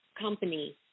company